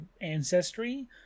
ancestry